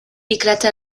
éclate